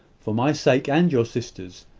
for my sake and your sister's,